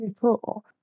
Cool